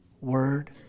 Word